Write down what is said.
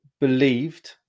believed